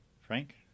Frank